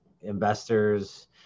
investors